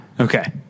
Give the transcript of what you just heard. Okay